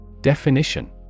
Definition